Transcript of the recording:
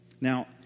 Now